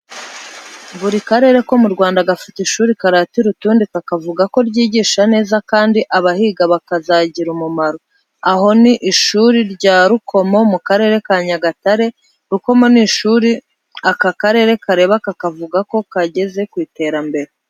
Buri karere ko mu Rwanda gafite ishuri karatira utundi kakavuga ko ryigisha neza kandi abahiga bakazagira umumaro. Aho ni ishuri rya Rukomo mu Karere ka Nyagatare. Rukomo ni ishuri aka karere kareba kakavuga ko kageze ku iterambere.